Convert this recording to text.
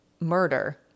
murder